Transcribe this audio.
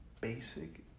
basic